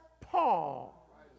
Paul